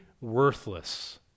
worthless